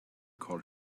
call